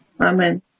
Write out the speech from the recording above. Amen